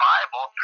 Bible